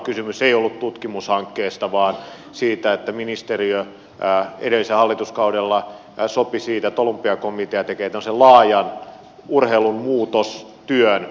kysymys ei ollut tutkimushankkeesta vaan siitä että ministeriö edellisellä hallituskaudella sopi siitä että olympiakomitea tekee tämmöisen laajan urheilun muutos työn